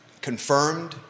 Confirmed